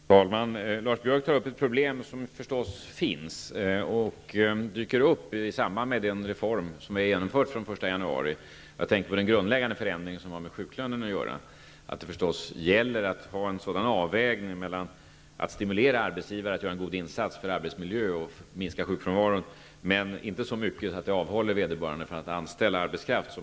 Fru talman! Lars Biörck tar upp ett problem som har dykt upp i samband med den reform som genomfördes den 1 januari. Jag tänker då på den grundläggande förändring som har med sjuklönen att göra. Det gäller att göra en avvägning. Arbetsgivare skall stimuleras att göra en god insats för arbetsmiljö och mindre sjukfrånvaro, men det skall inte avhålla vederbörande från att anställa arbetskraft.